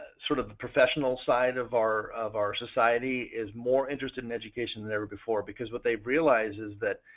sort of the professional side of our of our society is more interested in education than ever before. because what they've realized is that,